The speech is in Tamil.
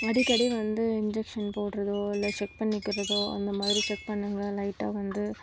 அடிக்கடி வந்து இன்ஜெக்ஷன் போடுறதோ இல்லை செக் பண்ணிக்கிறதோ அந்த மாதிரி செக் பண்ணுங்க லைட்டாக வந்து